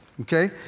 Okay